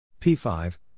P5